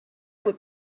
would